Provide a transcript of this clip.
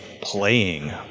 playing